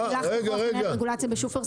אני יודעת לא רק על שופרסל,